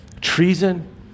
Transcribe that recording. Treason